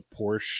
porsche